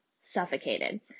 suffocated